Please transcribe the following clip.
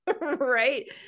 right